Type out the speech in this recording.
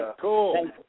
Cool